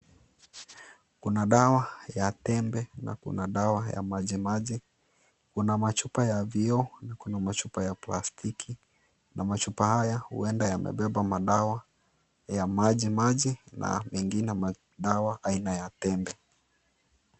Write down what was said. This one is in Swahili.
Kuna dawa ya tembe na Kuna dawa ya majimaji. Kuna machupa ya vioo na Kuna machupa ya plastiki. Na machupa haya huenda yamebeba madawa ya maji maji na mengine madawa ya aina ya tembe.